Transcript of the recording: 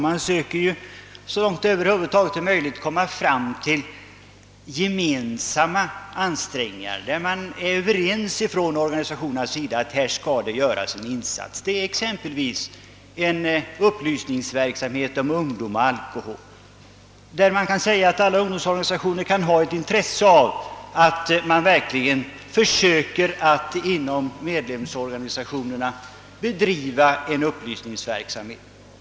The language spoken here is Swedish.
Man söker att så långt det över huvud taget är möjligt nå målet med gemensamma ansträngningar — organisationerna kommer överens om var en insats skall göras. Det gäller exempelvis upplysningsverksamhet om ungdom och alkohol, ett område där ungdomsorganisationerna kan ha intresse av att det verkligen inom medlemsorganisationerna bedrivs upplysningsverksamhet.